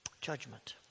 judgment